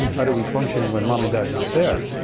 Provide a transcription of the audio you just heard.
how do we function when mom and dad is not there?